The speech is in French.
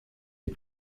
les